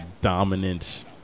dominant